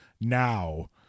now